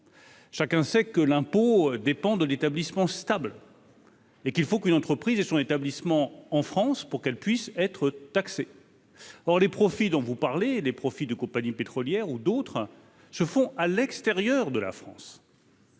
Chacun sait que l'impôt dépend de d'établissement stable. Et qu'il faut qu'une entreprise et son établissement en France pour qu'elle puisse être taxés, or les profits dont vous parlez, les profits des compagnies pétrolières ou d'autres jeux font à l'extérieur de la France.